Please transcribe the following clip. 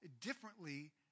differently